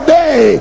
day